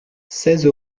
seize